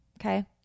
Okay